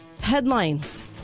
headlines